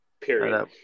period